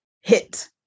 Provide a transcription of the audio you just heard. hit